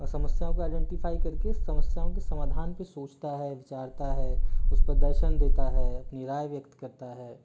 समस्याओं को आईडेंटिफाई करके समस्याओं के समाधान पे सोचता विचारता है उस पर दर्शन देता है अपनी राय व्यक्त करता है